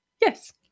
Yes